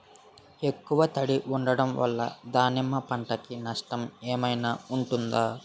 ఎక్కువ తడి ఉండడం వల్ల దానిమ్మ పంట కి నష్టం ఏమైనా ఉంటుందా?